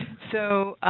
so